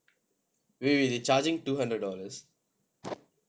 wait wait wait they charging two hundred dollars